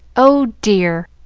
oh dear!